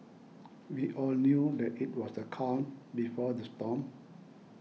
we all knew that it was the calm before the storm